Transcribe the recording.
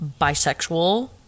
bisexual